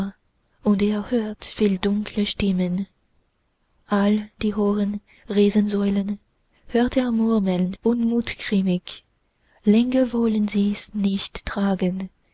er hört viel dunkle stimmen all die hohen riesensäulen hört er murmeln unmutgrimmig länger wollen sie's nicht tragen